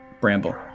Bramble